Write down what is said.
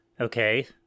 Okay